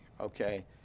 okay